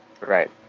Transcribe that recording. Right